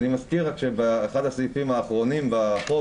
אני מזכיר שאחד הסעיפים האחרונים בחוק